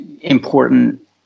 important